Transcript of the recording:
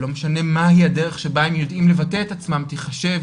לא משנה מה היא הדרך שב הם יודעים לבטא את עצמם תיחשב